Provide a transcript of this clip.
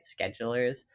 schedulers